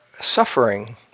suffering